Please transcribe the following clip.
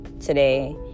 today